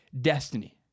destiny